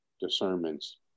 discernments